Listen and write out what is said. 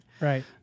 Right